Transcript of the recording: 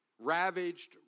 ravaged